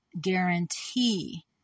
guarantee